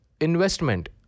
investment